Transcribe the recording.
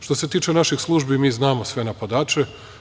Što se tiče naših službi mi znamo sve napadače.